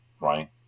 right